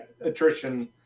attrition